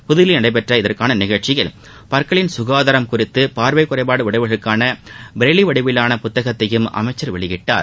புத்தில்லியில் நடைபெற்ற இதற்கான நிகழ்ச்சியில் பற்களின் சுகாதாரம் குறித்து பார்வை குறைபாடு உடையவர்களுக்கான ப்ரைலி வடிவிவான புத்தகத்தையும் அமைச்சர் வெளியிட்டார்